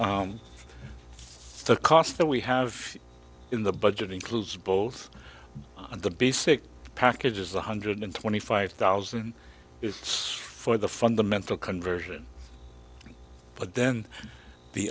and the cost that we have in the budget includes both on the basic packages one hundred and twenty five thousand it's for the fundamental conversion but then the